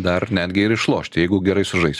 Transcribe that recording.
dar netgi ir išlošti jeigu gerai sužaisi